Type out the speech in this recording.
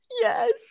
yes